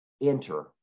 Enter